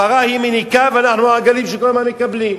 הפרה מניקה ואנחנו העגלים שכל הזמן מקבלים.